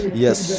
yes